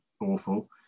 awful